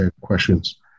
questions